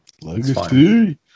Legacy